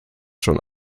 schon